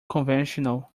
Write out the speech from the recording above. conventional